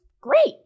great